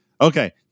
Okay